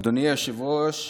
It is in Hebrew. אדוני היושב-ראש,